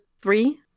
three